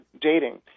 dating